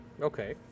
okay